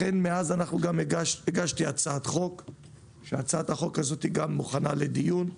לכן, הגשתי הצעת חוק שמוכנה לדיון,